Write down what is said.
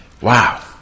wow